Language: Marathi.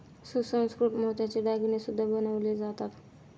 सुसंस्कृत मोत्याचे दागिने सुद्धा बनवले जातात